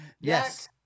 yes